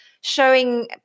showing